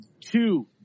two